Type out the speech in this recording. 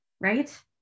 Right